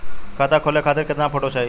खाता खोले खातिर केतना फोटो चाहीं?